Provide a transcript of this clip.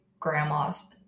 Grandma's